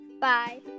Bye